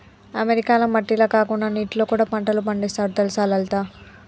అమెరికాల మట్టిల కాకుండా నీటిలో కూడా పంటలు పండిస్తారు తెలుసా లలిత